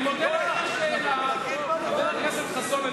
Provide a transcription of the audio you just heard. אני מודה לך על השאלה, חבר הכנסת חסון.